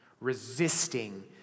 resisting